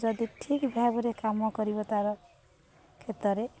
ଯଦି ଠିକ୍ ଭାବରେ କାମ କରିବ ତାର କ୍ଷେତରେ